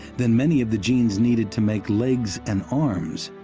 then many of the genes needed to make legs and arms